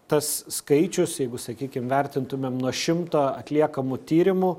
tas skaičius jeigu sakykim vertintumėm nuo šimto atliekamų tyrimų